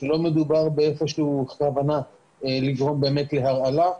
הוא שלא מדובר באיזושהי כוונה לגרום באמת להרעלה,